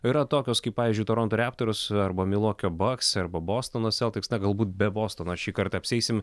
yra tokios kaip pavyzdžiui toronto reptors arba milvokio baks arba bostono seltiks na galbūt be bostono šįkart apsieisim